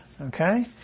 okay